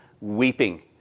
weeping